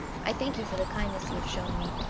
i thank you for the kindness you have shown me,